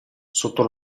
sotto